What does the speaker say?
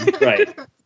Right